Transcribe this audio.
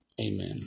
Amen